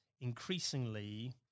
increasingly